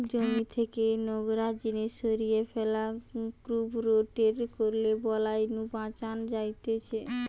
জমি থেকে নোংরা জিনিস সরিয়ে ফ্যালা, ক্রপ রোটেট করলে বালাই নু বাঁচান যায়তিছে